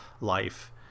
life